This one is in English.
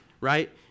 right